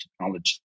technology